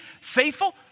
faithful